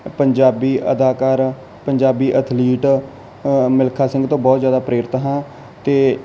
ਪੰਜਾਬੀ ਅਦਾਕਾਰ ਪੰਜਾਬੀ ਅਥਲੀਟ ਅ ਮਿਲਖਾ ਸਿੰਘ ਤੋਂ ਬਹੁਤ ਜ਼ਿਆਦਾ ਪ੍ਰੇਰਿਤ ਹਾਂ ਅਤੇ